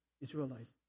Israelites